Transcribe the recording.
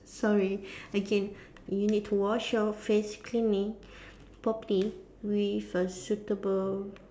sorry again you need to wash your face cleaning properly with a suitable